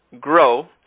grow